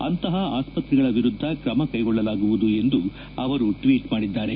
ಅಂತಪ ಆಸ್ವತ್ರೆಗಳ ವಿರುದ್ಧ ತ್ರಮ ಕೈಗೊಳ್ಳಲಾಗುವುದು ಎಂದು ಅವರು ಟ್ವೀಟ್ ಮಾಡಿದ್ದಾರೆ